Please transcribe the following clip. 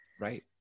Right